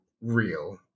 real